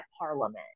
parliament